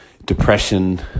Depression